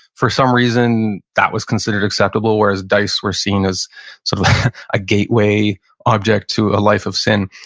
for some reason that was considered acceptable, whereas dice were seen as sort of a gateway object to a life of sin.